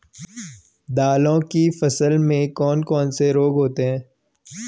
दालों की फसल में कौन कौन से रोग होते हैं?